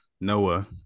Noah